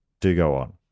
DOGOON